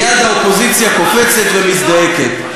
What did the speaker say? מייד האופוזיציה קופצת ומזדעקת.